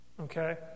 Okay